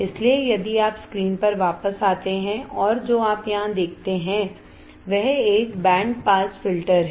इसलिए यदि आप स्क्रीन पर वापस आते हैं और जो आप यहां देखते हैं वह एक बैंड पास फिल्टर है